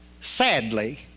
sadly